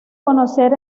conocer